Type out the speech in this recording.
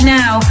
now